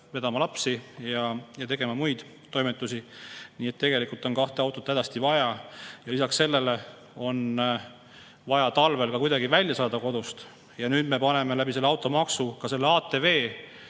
vedama lapsi ja tegema muid toimetusi. Nii et tegelikult on kahte autot hädasti vaja ja lisaks sellele on vaja talvel kodust kuidagi välja saada. Nüüd me paneme automaksuga ka ATV,